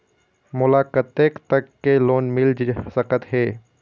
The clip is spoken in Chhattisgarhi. मोला कतेक तक के लोन मिल सकत हे?